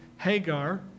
Hagar